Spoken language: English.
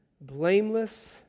blameless